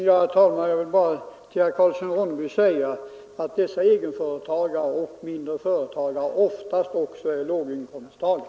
Herr talman! Jag vill bara till herr Karlsson i Ronneby säga att egenföretagare och mindre företagare oftast också är låginkomsttagare.